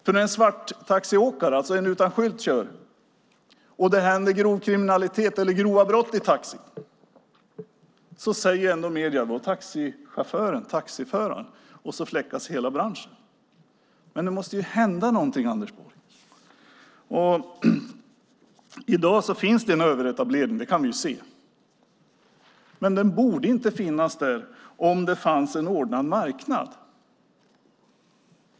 När en svarttaxiåkare, alltså en utan skylt, kör och det begås grov kriminalitet eller grova brott i taxin säger nämligen medierna ändå "taxichauffören" eller "taxiföraren", och så fläckas hela branschen. Det måste hända någonting, Anders Borg! I dag finns en överetablering; det kan vi se. Den skulle dock inte finnas om det fanns en ordnad marknad.